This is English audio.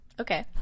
Okay